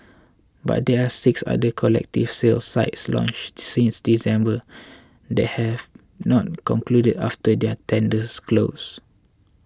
but there are six other collective sale sites launched since December that have not concluded after their tenders closed